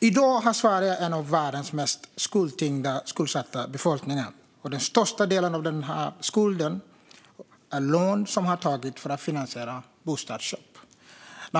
I dag har Sverige en av världens mest skuldtyngda och skuldsatta befolkningar. Den största delen av dessa skulder är lån som har tagits för att finansiera bostadsköp.